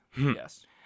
Yes